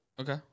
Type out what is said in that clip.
Okay